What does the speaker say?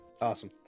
Awesome